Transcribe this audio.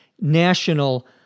national